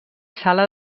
sala